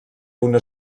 una